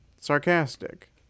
sarcastic